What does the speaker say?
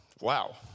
wow